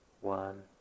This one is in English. one